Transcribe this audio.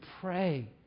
pray